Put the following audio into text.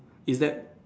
is that